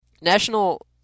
National